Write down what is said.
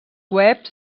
web